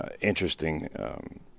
interesting